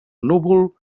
núvol